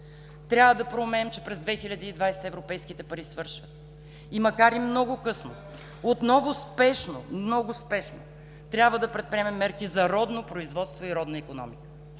Трябва да проумеем, че през 2020 г. европейските пари свършват и макар и много късно отново спешно, много спешно трябва да предприемем мерки за родно производство и родна икономика.